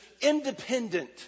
independent